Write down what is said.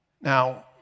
Now